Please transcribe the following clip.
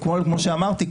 כמו שאמרתי,